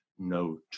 no